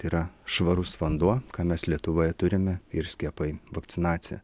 tai yra švarus vanduo ką mes lietuvoje turime ir skiepai vakcinacija